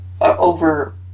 Over